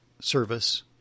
service